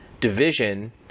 division